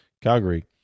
Calgary